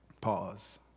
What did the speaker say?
Pause